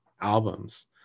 albums